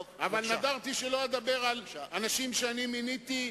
אבל נדרתי שלא אדבר על אנשים שאני מיניתי,